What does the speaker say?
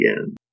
again